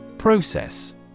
Process